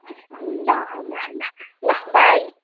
अँ ल ल ल ल बाई